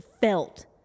felt